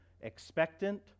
expectant